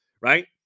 right